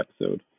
episode